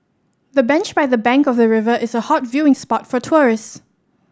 the bench by the bank of the river is a hot viewing spot for tourist